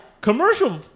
Commercial